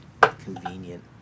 Convenient